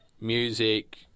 music